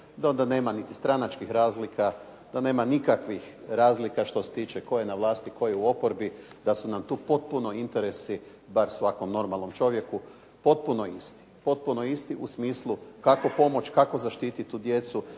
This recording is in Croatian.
da onda nema niti stranačkih razlika, da nema nikakvih razlika što se tiče tko je na vlasti, tko je u oporbi, da su nam tu potpuno interesi, bar svakom normalnom čovjeku, potpuno isti. Potpuno isti u smislu kako pomoći, kako zaštititi tu djecu